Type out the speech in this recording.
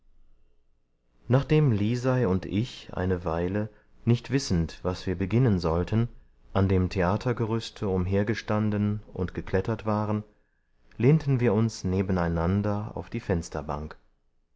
nachdem lisei und ich eine weile nicht wissend was wir beginnen sollten an dem theatergerüste umhergestanden und geklettert waren lehnten wir uns nebeneinander auf die fensterbank